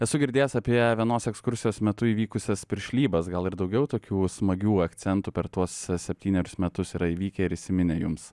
esu girdėjęs apie vienos ekskursijos metu įvykusias piršlybas gal ir daugiau tokių smagių akcentų per tuos septynerius metus yra įvykę ir įsiminę jums